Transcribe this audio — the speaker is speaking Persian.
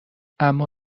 اما